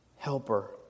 Helper